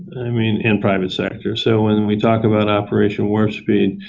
i mean and private sector. so, when we talk about operation warp speed,